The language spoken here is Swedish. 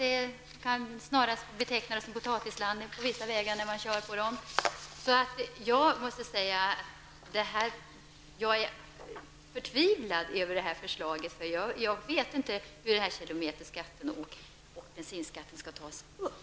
Vissa vägar kan snarast betecknas som rena potatislandet. Jag är förtvivlad över detta förslag. Jag vet inte ens hur kilometerskatten och bensinskatten skall tas upp.